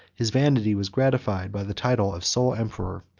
his vanity was gratified by the title of sole emperor,